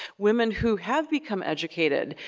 women who have become educated,